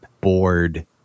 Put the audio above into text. bored